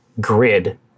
grid